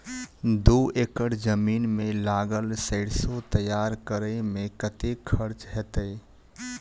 दू एकड़ जमीन मे लागल सैरसो तैयार करै मे कतेक खर्च हेतै?